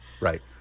right